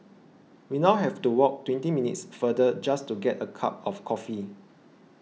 we now have to walk twenty minutes farther just to get a cup of coffee